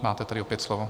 Máte tedy opět slovo.